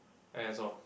that's all